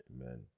Amen